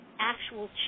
actual